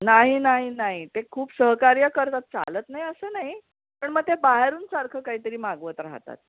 नाही नाही नाही ते खुप सहकार्य करतात चालत नाही असं नाही पण मग ते बाहेरून सारखं काहीतरी मागवत राहतात